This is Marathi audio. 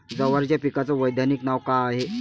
जवारीच्या पिकाचं वैधानिक नाव का हाये?